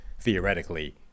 theoretically